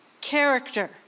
Character